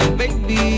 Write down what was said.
baby